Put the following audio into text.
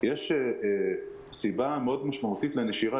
יש סיבה מאוד משמעותית לנשירה,